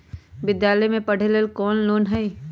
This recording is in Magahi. विद्यालय में पढ़े लेल कौनो लोन हई?